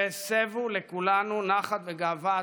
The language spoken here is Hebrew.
שהסבו לכולנו נחת וגאווה עצומים,